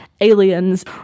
aliens